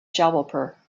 jabalpur